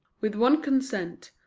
with one consent,